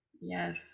Yes